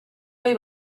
ohi